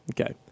okay